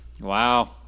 Wow